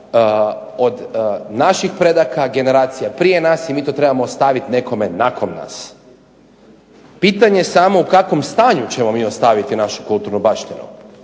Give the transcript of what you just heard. od naših predaka, generacija prije nas i mi to trebamo ostaviti nekome nakon nas. Pitanje je samo u kakvom stanju ćemo mi ostaviti našu kulturnu baštinu.